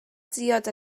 diod